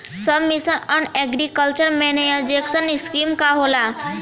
सब मिशन आन agriculture mechanization scheme का होला?